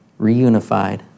reunified